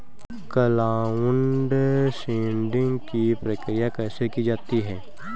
Cloud seeding की प्रक्रिया कैसे की जाती है?